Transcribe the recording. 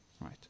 Right